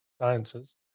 sciences